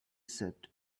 said